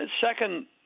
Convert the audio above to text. Second